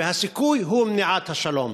והסיכוי הוא מניעת השלום.